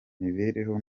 mibereho